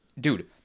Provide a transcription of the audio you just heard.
dude